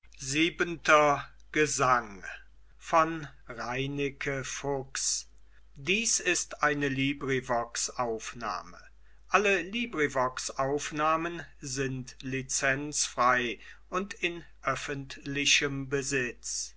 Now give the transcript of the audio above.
alle sind müd und